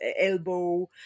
elbow